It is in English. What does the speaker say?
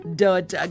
dot